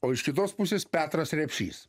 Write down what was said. o iš kitos pusės petras repšys